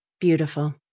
Beautiful